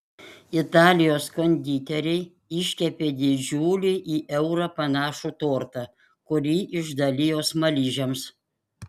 italijos konditeriai iškepė didžiulį į eurą panašų tortą kurį išdalijo smaližiams